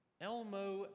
Elmo